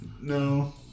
No